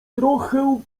trochę